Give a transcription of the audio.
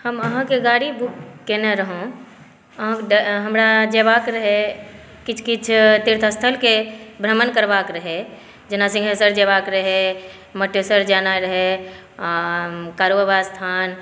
हम अहाँकेँ गाड़ी बुक कयने रहौ अहाँकेँ हमरा जएबाक रहै किछु किछु तीर्थस्थलके भ्रमण करबाकेँ रहै जेना सिंघेश्वर जयबाक रहै मटेश्वर जेनाइ रहै आ कारूबाबा स्थान